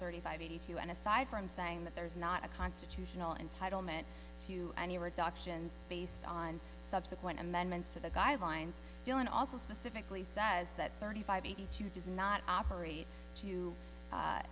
thirty five eighty two and aside from saying that there is not a constitutional entitlement to any reduction based on subsequent amendments to the guidelines and also specifically says that thirty five eighty two does not operate to